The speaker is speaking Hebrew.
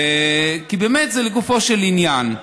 כי באמת זה לגופו של עניין.